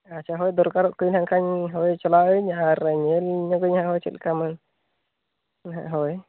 ᱟᱪᱪᱷᱟ ᱦᱳᱭ ᱫᱚᱨᱠᱟᱨᱚᱜ ᱦᱳᱭ ᱪᱟᱞᱟᱜ ᱟᱹᱧ ᱟᱨ ᱧᱮᱞ ᱧᱚᱜᱟᱹᱧ ᱦᱟᱜ ᱦᱳᱭ ᱪᱮᱫ ᱞᱮᱠᱟ ᱦᱳᱭ